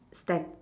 stat~